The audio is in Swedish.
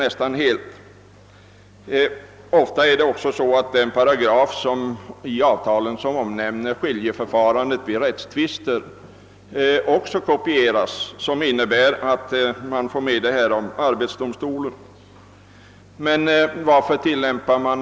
Ofta kopieras också den paragraf i avtalen som omnämner skiljedomsförfarande vid rättstvister och alltså innebär att arbetsdomstolen kopplas in.